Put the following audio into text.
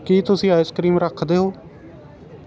ਕੀ ਤੁਸੀਂ ice cream ਰੱਖਦੇ ਹੋ